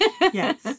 Yes